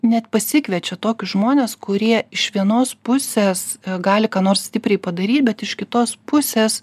net pasikviečia tokius žmones kurie iš vienos pusės gali ką nors stipriai padaryt bet iš kitos pusės